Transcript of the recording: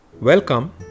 welcome